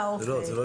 זה לא אצלי.